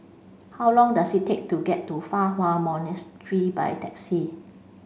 how long does it take to get to Fa Hua Monastery by taxi